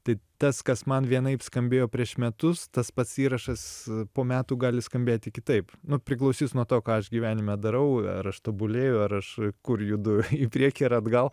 tai tas kas man vienaip skambėjo prieš metus tas pats įrašas po metų gali skambėti kitaip priklausys nuo to ką aš gyvenime darau ar aš tobulėju ar aš kur judu į priekį ir atgal